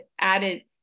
added